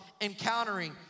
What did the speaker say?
encountering